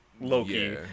Loki